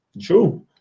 True